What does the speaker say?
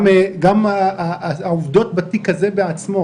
גם העובדות בתיק הזה עצמו,